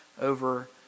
Over